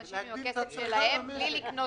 אם לא יהיה הכסף הזה אז הם לא ישתלמו,